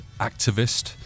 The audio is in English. activist